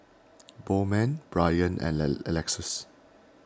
Bowman Bryant and Alexus